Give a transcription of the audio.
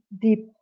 deep